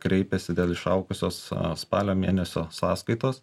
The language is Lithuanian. kreipėsi dėl išaugusios spalio mėnesio sąskaitos